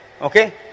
Okay